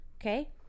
Okay